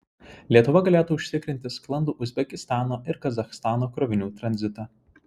lietuva galėtų užtikrinti sklandų uzbekistano ir kazachstano krovinių tranzitą